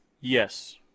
Yes